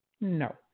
No